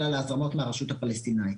אלא להזרמות מהרשות הפלסטינאית,